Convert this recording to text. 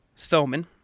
Thoman